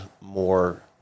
more